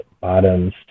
bottom's